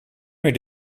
meer